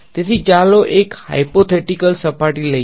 તેથી ચાલો એક હાઈપોથેટીકલ સપાટી લઈએ